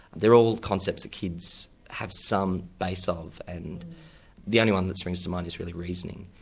they're all concepts that kids have some base of, and the only one that springs to mind is really reasoning,